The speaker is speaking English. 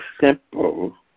simple